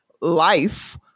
life